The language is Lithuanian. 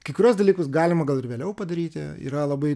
kai kuriuos dalykus galima gal ir vėliau padaryti yra labai